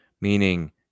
meaning